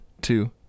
two